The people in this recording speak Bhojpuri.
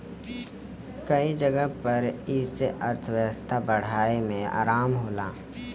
कई जगह पर ई से अर्थव्यवस्था बढ़ाए मे आराम होला